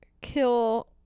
kill